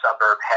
suburb